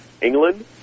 England